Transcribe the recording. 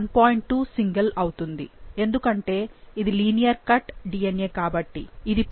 2 single అవుతుంది ఎందుకంటే ఇది లీనియర్ కట్ DNA కాబట్టి ఇది PstI యొక్క 1